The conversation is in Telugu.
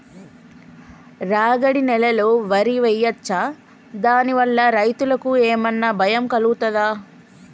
రాగడి నేలలో వరి వేయచ్చా దాని వల్ల రైతులకు ఏమన్నా భయం కలుగుతదా?